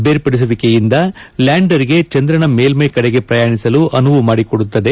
ಬೇರ್ಪಡಿಸುವಿಕೆಯಿಂದ ಲ್ಕಾಂಡರ್ಗೆ ಚಂದ್ರನ ಮೇಲ್ವೈ ಕಡೆಗೆ ಪ್ರಯಾಣಿಸಲು ಅನುವು ಮಾಡಿಕೊಡುತ್ತದೆ